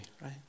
right